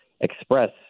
express